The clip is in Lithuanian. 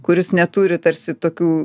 kuris neturi tarsi tokių